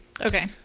Okay